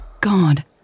God